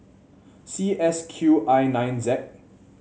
C S Q I nine Z